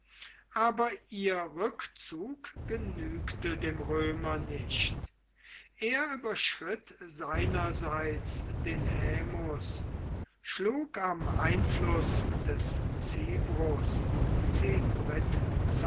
aber ihr rückzug genügte dem römer nicht er überschritt seinerseits den has schlug am einfluß des